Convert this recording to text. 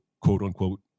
quote-unquote